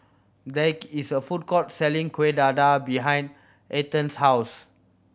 there is a food court selling Kuih Dadar behind Ethie's house